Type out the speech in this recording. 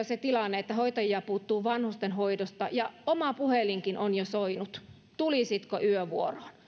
se tilanne että hoitajia puuttuu vanhustenhoidosta oma puhelimenikin on jo soinut tulisitko yövuoroon